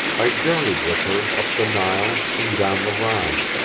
i journeyed with her up the nile and down the rhine.